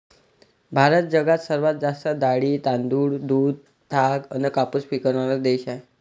भारत जगात सर्वात जास्त डाळी, तांदूळ, दूध, ताग अन कापूस पिकवनारा देश हाय